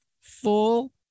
full